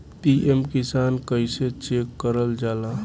PM Kisan कइसे check करल जाला?